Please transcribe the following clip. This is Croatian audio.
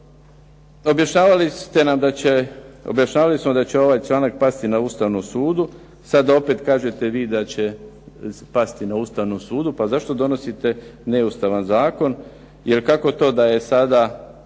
Objašnjavali smo da će ovaj članak pasti na Ustavnom sudu. Sada opet vi kažete da će pasti na Ustavnom sudu. Pa zašto donosite neustavan zakon? Jer kako to da je sada